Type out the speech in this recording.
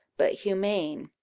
but humane,